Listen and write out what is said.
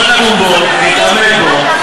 בוא נדון בו, נתעמק בו.